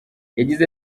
yagize